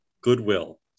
goodwill